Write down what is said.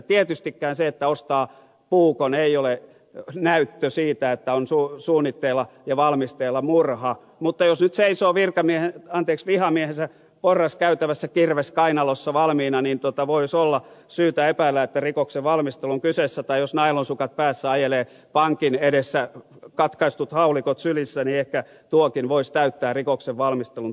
tietystikään se että ostaa puukon ei ole näyttö siitä että on suunnitteilla ja valmisteilla murha mutta jos nyt seisoo vihamiehensä porraskäytävässä kirves kainalossa valmiina niin voisi olla syytä epäillä että rikoksen valmistelu on kyseessä tai jos nailonsukat päässä ajelee pankin edessä katkaistut haulikot sylissä niin ehkä tuokin voisi täyttää rikoksen valmistelun tunnusmerkistöt